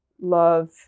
love